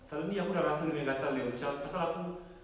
suddenly aku dah rasa dia punya gatal dia macam pasal aku